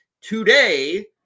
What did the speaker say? today